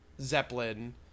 Zeppelin